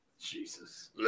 Jesus